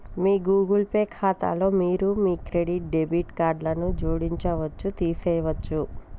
మీ Google Pay ఖాతాలో మీరు మీ క్రెడిట్, డెబిట్ కార్డులను జోడించవచ్చు, తీసివేయచ్చు